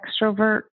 extrovert